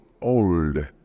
old